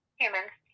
humans